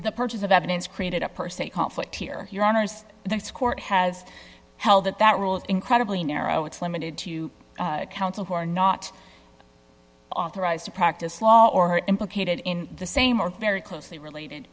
the purchase of evidence created a per se conflict here your honour's the court has held that that rule is incredibly narrow it's limited to counsel who are not authorized to practice law or implicated in the same or very closely related